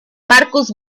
marcus